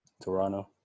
Toronto